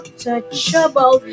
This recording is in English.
touchable